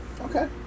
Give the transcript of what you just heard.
Okay